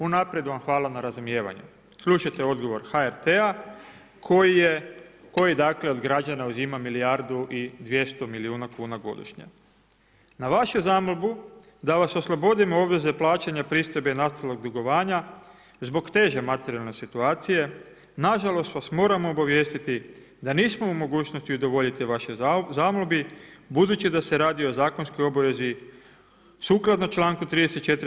Unaprijed vam hvala na razumijevanju.“ Slušajte odgovor HRT-a koji od građana uzima milijardu i 200 milijuna kuna godišnje: „Na vašu zamolbu da vas oslobodimo obveze plaćanja pristojbe nastalog dugovanja, zbog teže materijalne situacije, nažalost vas moramo obavijestiti da nismo u mogućnosti udovoljiti vašoj zamolbi budući da se radi o zakonskoj obavezi sukladno članku 34.